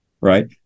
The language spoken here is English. right